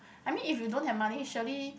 I mean if you don't have money surely